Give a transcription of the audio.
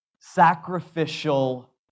sacrificial